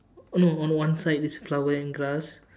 no on one side is flower and grass